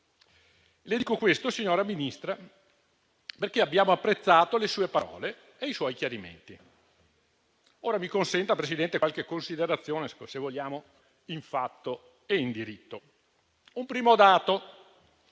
Le dico questo, signora Ministra, perché abbiamo apprezzato le sue parole e i suoi chiarimenti. Ora mi consenta, Presidente, qualche considerazione in fatto e in diritto. Un primo dato: